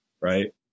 right